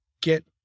get